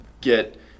get